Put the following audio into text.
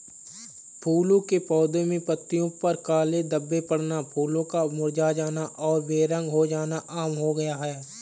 फूलों के पौधे में पत्तियों पर काले धब्बे पड़ना, फूलों का मुरझा जाना और बेरंग हो जाना आम हो गया है